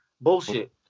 bullshit